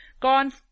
gone